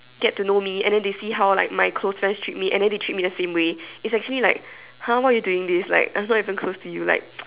get to know me and then they see how like my close friends treat me and then they treat me the same way it's actually like !huh! what you doing this like I'm not even close to you like